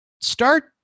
start